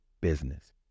business